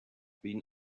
been